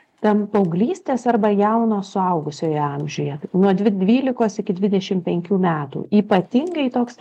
tam paauglystės arba jauno suaugusiojo amžiuje nuo dvi dvylikos iki dvidešimt penkių metų ypatingai toks